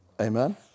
Amen